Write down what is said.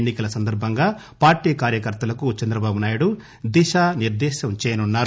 ఎన్ని కల సందర్బంగా పార్టీ కార్యకర్తలకు చంద్రబాబునాయుడు దిశా నిర్గేశం చేయనున్నారు